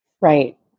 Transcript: Right